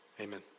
Amen